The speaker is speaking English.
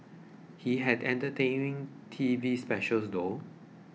he had entertaining T V specials though